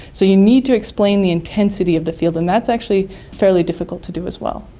so you need to explain the intensity of the field and that's actually fairly difficult to do as well.